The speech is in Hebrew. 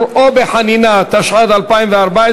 הכנסת מרב מיכאלי כנראה הצביעה וזה לא נקלט.